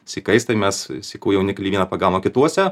sykais tai mes sykų jauniklį vieną pagavom kituose